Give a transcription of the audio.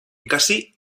ikasi